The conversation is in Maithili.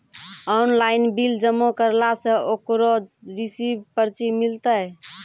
ऑनलाइन बिल जमा करला से ओकरौ रिसीव पर्ची मिलतै?